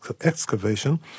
excavation